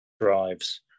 drives